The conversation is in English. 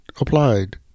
applied